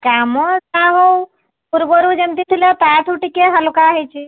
କାମ ଯାହା ହେଉ ପୂର୍ବରୁ ଯେମିତି ଥିଲା ତାଠୁ ଟିକିଏ ହାଲୁକା ହେଇଛି